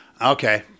okay